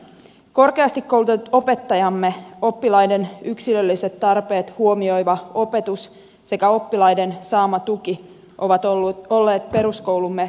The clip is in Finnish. korkeasti koulutetut opettajamme oppilaiden yksilölliset tarpeet huomioiva opetus sekä oppilaiden saama tuki ovat olleet peruskoulumme kulmakiviä